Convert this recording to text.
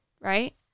right